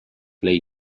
play